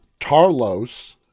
tarlos